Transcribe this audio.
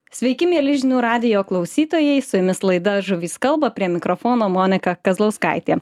sveiki mieli žinių radijo klausytojai su jumis laida žuvys kalba prie mikrofono monika kazlauskaitė